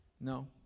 No